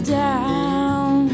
down